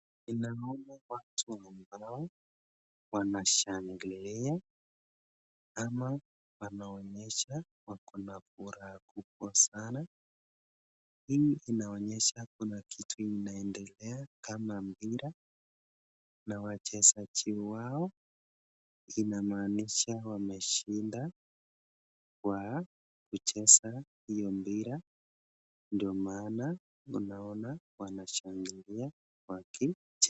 ninaona watu ambao wanashangilia ama wanaonyesha wako na furaha kubwa sana. Hii inaonyesha kuna kitu inaendelea kama mpira na wachezaji wao inamaanisha wameshinda kwa kucheza hiyo mpira ndio maana unaona wanashangilia wakicheza.